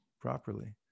properly